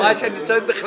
היא אמרה שאני צועק בכלל.